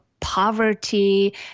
poverty